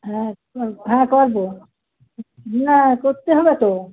হ্যাঁ কর হ্যাঁ করবো না করতে হবে তো